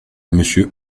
monsieur